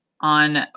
on